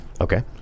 Okay